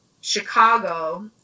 Chicago